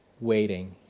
waiting